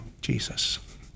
Jesus